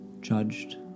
judged